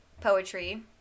poetry